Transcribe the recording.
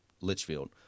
Litchfield